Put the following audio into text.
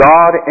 God